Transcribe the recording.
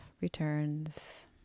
returns